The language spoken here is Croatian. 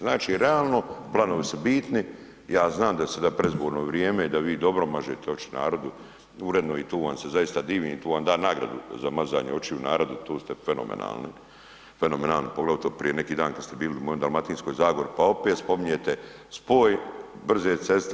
Znači realno, planovi su bitni, ja znam da je sada predizborno vrijeme i da vi dobro mažete oči narodu uredno i tu vam se zaista divim, tu vam dam nagradu za mazanje očiju narodu, tu ste fenomenalni, fenomenalni, poglavito prije neki dan kada ste bili u mojoj Dalmatinskoj zagori pa opet spominjete spoj brze ceste